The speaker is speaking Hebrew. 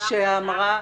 בתוכנית